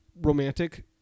romantic